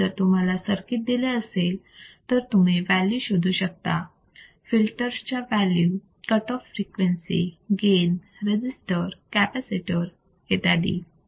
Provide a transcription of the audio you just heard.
आणि जर तुम्हाला सर्किट दिले असेल तर तुम्ही व्हॅल्यू शोधू शकता फिल्टरच्या value cut off frequency gain register capacitor इत्यादी